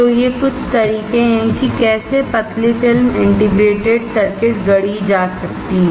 तो ये कुछ तरीके हैं कि कैसे पतली फिल्म इंटीग्रेटेड सर्किट गढ़ी जा सकती है